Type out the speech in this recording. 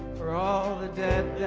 for all the debt